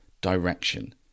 direction